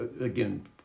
again